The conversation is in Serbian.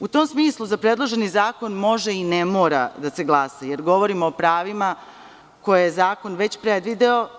U tom smislu, za predloženi zakon može i ne mora da se glasa, jer govorimo o pravima koje je zakon već predvideo.